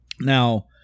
Now